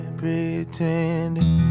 pretending